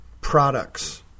products